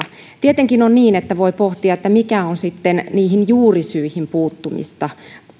tietenkin on niin että voi pohtia mikä on sitten niihin juurisyihin puuttumista parhaimmalla mahdollisella